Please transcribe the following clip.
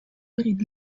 перед